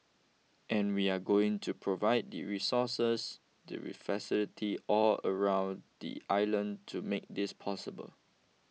and we are going to provide the resources the re facility all around the island to make this possible